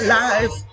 life